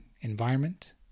environment